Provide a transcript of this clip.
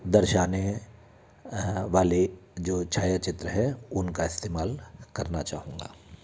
दर्शाने वाले जो छायाचित्र है उनका इस्तेमाल करना चाहूँगा